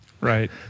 Right